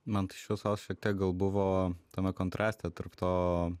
man tai šviesos šiek tiek gal buvo tame kontraste tarp to